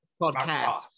Podcast